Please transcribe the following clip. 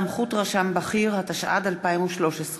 (סמכות רשם בכיר), התשע"ד 2013,